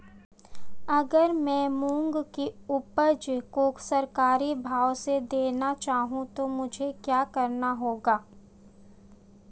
अगर मैं मूंग की उपज को सरकारी भाव से देना चाहूँ तो मुझे क्या करना होगा?